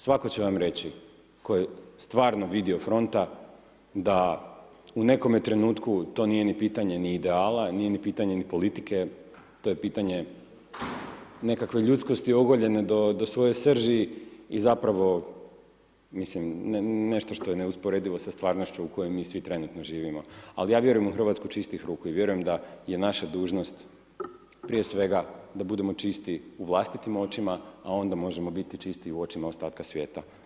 Svatko će vam reći tko je stvarno vidio fronta da u nekome trenutku to nije ni pitanje ni ideala nije ni pitanje ni politike, to je pitanje nekakve ljudskosti ogoljene do svoje srži i zapravo, mislim, nešto što je neusporedivo sa stvarnošću u kojoj mi svi trenutno živimo ali ja vjerujem u Hrvatsku čistih ruku i vjerujem da je naša dužnost proje svega da budemo čisti u vlastitim očima a onda možemo biti čisti u očima ostatka svijeta.